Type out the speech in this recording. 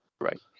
right